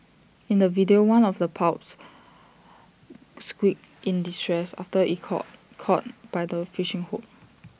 in the video one of the pups squeaked in distress after IT caught caught by the fishing hook